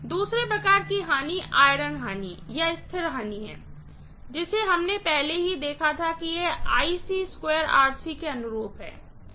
दूसरे प्रकार का हानि आयरन हानि या स्थिर हानि है जिसे हमने पहले ही देखा था कि यह के अनुरूप है